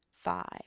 five